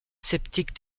sceptique